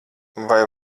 vai